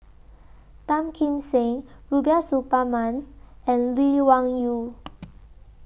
Tan Kim Seng Rubiah Suparman and Lee Wung Yew